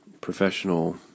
professional